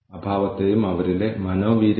അതിനാൽ അതാണ് സാമ്പത്തിക വീക്ഷണം